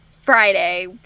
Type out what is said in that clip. Friday